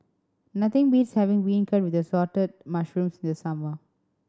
nothing beats having beancurd with Assorted Mushrooms in the summer